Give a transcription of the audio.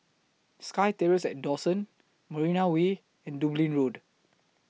SkyTerrace At Dawson Marina Way and Dublin Road